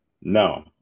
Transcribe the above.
No